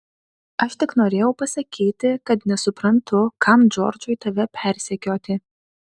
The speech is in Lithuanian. aš tik norėjau pasakyti kad nesuprantu kam džordžui tave persekioti